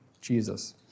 Jesus